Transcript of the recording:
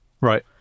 Right